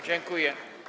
Dziękuję.